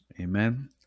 amen